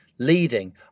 Leading